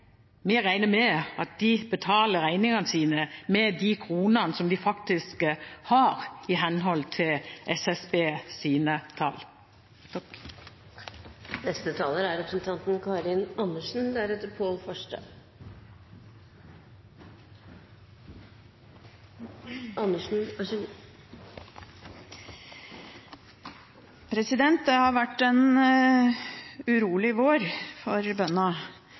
vi regner med at de betaler regningene sine med de kronene som de faktisk har i henhold til SSBs tall. Det har vært en urolig vår for bøndene. Etter at stortingsflertallet hadde blitt enige om en stortingsmelding, stolte de nok på at det